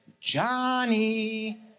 Johnny